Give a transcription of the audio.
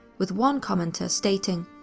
with one commenter stating.